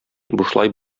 бушлай